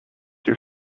your